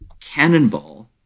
Cannonball